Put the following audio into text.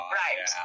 right